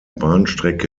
bahnstrecke